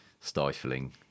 stifling